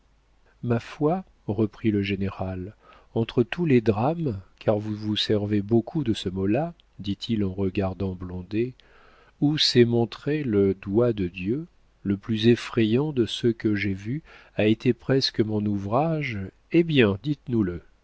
ma foi reprit le général entre tous les drames car vous vous servez beaucoup de ce mot-là dit-il en regardant blondet où s'est montré le doigt de dieu le plus effrayant de ceux que j'ai vus a été presque mon ouvrage eh bien dites nous le